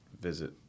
visit